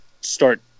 start